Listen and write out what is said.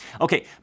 Okay